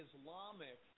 Islamic